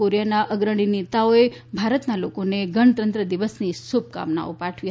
કોરીયાનાં અગ્રણી નેતાઓએ ભારતનાં લોકોને ગણતંત્ર દિવસની શુભકામનાઓ પાઠવી છે